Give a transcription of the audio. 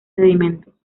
sedimentos